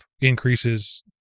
increases